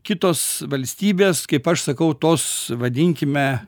kitos valstybės kaip aš sakau tos vadinkime